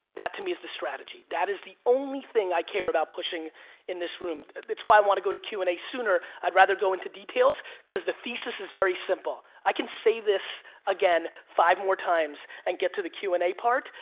that to me is the strategy. that is the only thing i care about pushing in this room. it's why i want to go to q and a sooner, i'd rather go into details cause the thesis is very simple. i can say this again five more times and get to the q and a part,